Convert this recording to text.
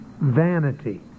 vanity